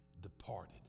departed